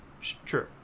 True